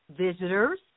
visitors